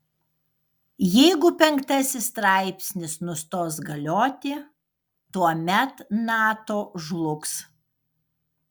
jeigu penktasis straipsnis nustos galioti tuomet nato žlugs